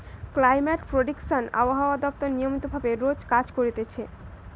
climate prediction আবহাওয়া দপ্তর নিয়মিত ভাবে রোজ করতিছে